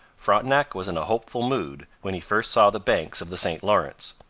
frontenac was in hopeful mood when he first saw the banks of the st lawrence.